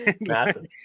massive